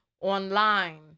online